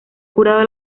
curado